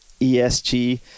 ESG